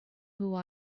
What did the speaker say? who